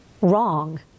wrong